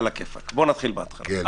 בוא נתחיל בהתחלה.